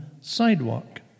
sidewalk